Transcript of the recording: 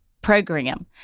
program